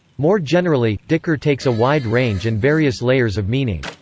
more generally, dhikr takes a wide range and various layers of meaning.